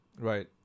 Right